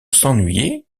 s’ennuyer